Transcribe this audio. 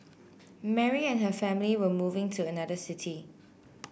Mary and her family were moving to another city